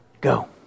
go